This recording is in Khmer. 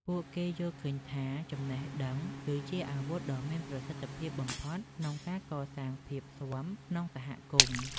ពួកគេយល់ឃើញថា ចំណេះដឹងគឺជាអាវុធដ៏មានប្រសិទ្ធភាពបំផុតក្នុងការកសាងភាពស៊ាំក្នុងសង្គម។